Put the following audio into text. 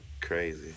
Crazy